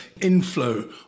inflow